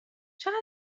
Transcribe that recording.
چقدر